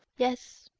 yes,